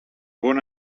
bon